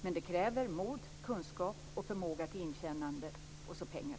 Men det kräver mod, kunskap och förmåga till inkännande och även pengar.